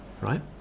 right